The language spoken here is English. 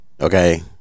Okay